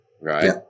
right